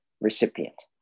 recipient